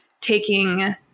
taking